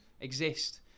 exist